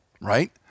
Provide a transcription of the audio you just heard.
right